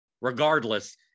regardless